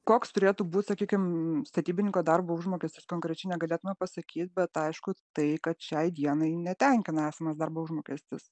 koks turėtų būti sakykim statybininko darbo užmokestis konkrečiai negalėtume pasakyt bet aišku tai kad šiai dienai netenkina esamas darbo užmokestis